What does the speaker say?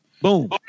Boom